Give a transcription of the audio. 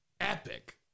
epic